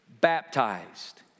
baptized